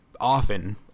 often